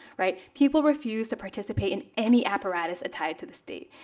right? people refuse to participate in any apparatus to to the state,